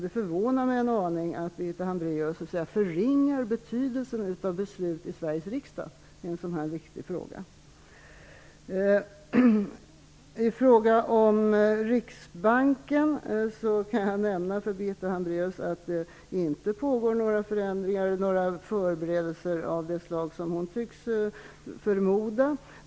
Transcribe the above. Det förvånar mig en aning att Birgitta Hambraeus förringar betydelsen av beslut i Sveriges riksdag i en så här viktig fråga. När det gäller Riksbanken kan jag nämna för Birgitta Hambraeus att det inte pågår några förändringar eller några förberedelser av det slag som hon tycks förmoda.